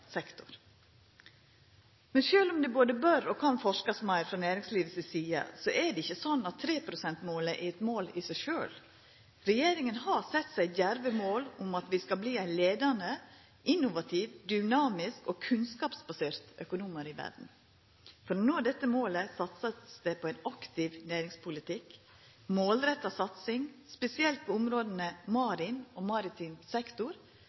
sektor. Men sjølv om det både bør og kan forskast meir frå næringslivet si side, er det ikkje sånn at 3 pst.-målet er eit mål i seg sjølv. Regjeringa har sett seg djerve mål om at vi skal verta ein av dei leiande, innovative, dynamiske og kunnskapsbaserte økonomiane i verda. For å nå dette målet vert det satsa på ein aktiv næringspolitikk. Ei målretta satsing, spesielt på områda marin og maritim sektor,